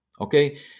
Okay